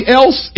else